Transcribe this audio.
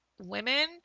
Women